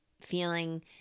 feeling